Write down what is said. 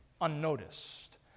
unnoticed